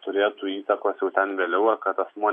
turėtų įtakos jau ten vėliau kad asmuo